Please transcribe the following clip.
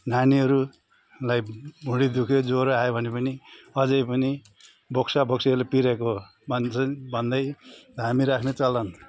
नानीहरूलाई भुँडी दुख्यो ज्वरो आयो भने पनि अझ पनि बोक्सा बोक्सीहरूले पिरेको भन्छन् भन्दै धामी राख्ने चलन